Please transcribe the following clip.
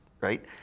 right